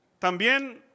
También